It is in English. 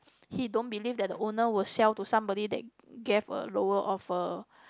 he don't believe that the owner will sell to somebody that gave a lower offer